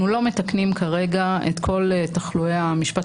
אנחנו לא מתקנים כרגע את כל תחלואי המשפט